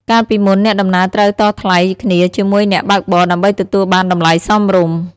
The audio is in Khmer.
កាលពីមុន អ្នកដំណើរត្រូវតថ្លៃគ្នាជាមួយអ្នកបើកបរដើម្បីទទួលបានតម្លៃសមរម្យ។